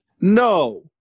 no